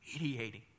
mediating